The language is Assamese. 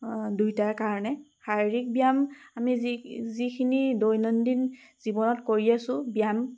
দুয়োটাৰ কাৰণে শাৰীৰিক ব্যায়াম আমি যি যিখিনি দৈনন্দিন জীৱনত কৰি আছোঁ ব্যায়াম